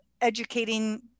educating